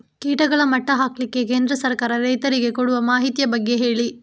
ಕೀಟಗಳ ಮಟ್ಟ ಹಾಕ್ಲಿಕ್ಕೆ ಕೇಂದ್ರ ಸರ್ಕಾರ ರೈತರಿಗೆ ಕೊಡುವ ಮಾಹಿತಿಯ ಬಗ್ಗೆ ಹೇಳಿ